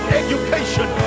education